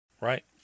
Right